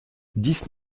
dix